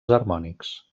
harmònics